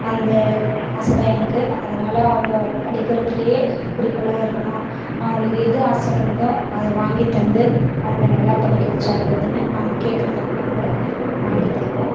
அந்த ஆசை தான் எனக்கு அதனால் அவங்க படிக்கிறதுலையே குறிக்கோளாக இருக்கணும் அவங்களுக்கு எது ஆசைப்படுதோ அதை வாங்கி தந்து அவங்கள நல்லா படிக்க வச்சா போதும்ன்னு அவங்க கேட்கறதெல்லாம் நாங்கள் வாங்கி தருவோம்